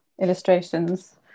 illustrations